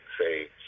say